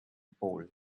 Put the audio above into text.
pole